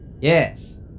Yes